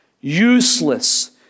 useless